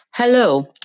Hello